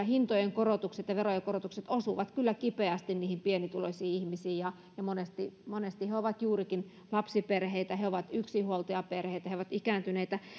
hintojen korotukset ja verojen korotukset osuvat kyllä kipeästi niihin pienituloisiin ihmisiin ja ja monesti monesti he ovat juurikin lapsiperheitä he ovat yksinhuoltajaperheitä he ovat ikääntyneitä